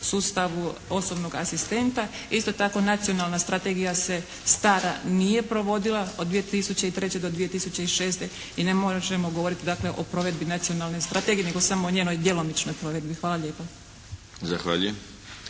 sustavu osobnog asistenta. Isto tako Nacionalna strategija se stara nije provodila od 2003. do 2006. i ne možemo govoriti dakle o provedbi Nacionalne strategije nego samo o njenoj djelomičnoj provedbi. Hvala lijepo.